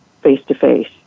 face-to-face